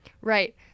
Right